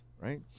right